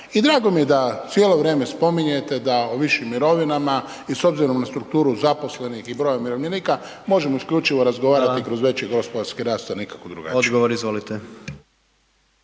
I drago mi je da cijelo vrijeme spominjete o višim mirovinama i s obzirom na strukturu zaposlenih i broja umirovljenika, možemo isključivo razgovarati kroz veći gospodarski rast a nikako drugačije. **Jandroković,